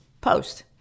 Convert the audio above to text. post